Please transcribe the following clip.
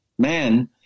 Man